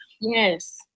Yes